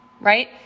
right